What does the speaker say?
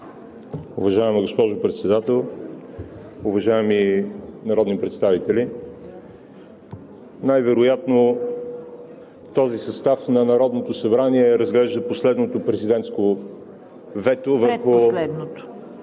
Уважаема госпожо Председател, уважаеми народни представители! Най вероятно този състав на Народното събрание разглежда последното президентско вето...